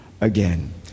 again